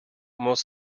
most